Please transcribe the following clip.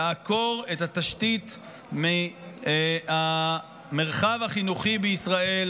לעקור את התשתית מהמרחב החינוכי בישראל.